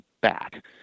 back